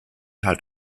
halt